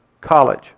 college